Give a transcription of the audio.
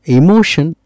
emotion